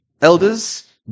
elders